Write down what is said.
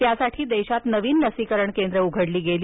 यासाठी देशात नवीन लसीकरण केंद्र उघडली गेली